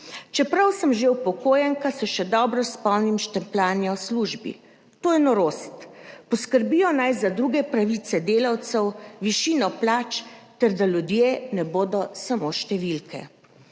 Čeprav sem že upokojenka, se še dobro spomnim štempljanja v službi. To je norost! Poskrbijo naj za druge pravice delavcev, višino plač ter da ljudje ne bodo samo številke.